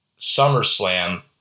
SummerSlam